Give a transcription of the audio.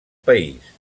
país